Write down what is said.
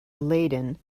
leiden